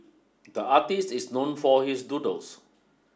the artist is known for his doodles